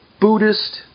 Buddhist